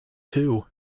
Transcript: too